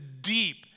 deep